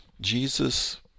Jesus